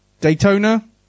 Daytona